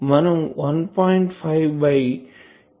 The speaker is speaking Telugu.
5 బై 0